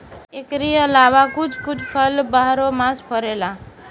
एकरी अलावा कुछ कुछ फल भी बारहो मास फरेला